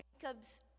Jacob's